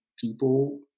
people